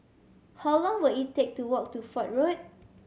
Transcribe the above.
how long will it take to walk to Fort Road